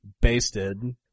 basted